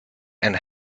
and